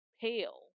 pale